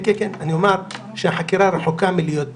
אוקיי, אומר שהחקירה רחוקה מלהיות בעיצומה.